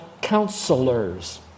counselors